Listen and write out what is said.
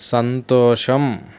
సంతోషం